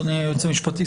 אדוני היועץ המשפטי,